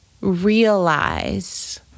realize